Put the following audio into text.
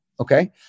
Okay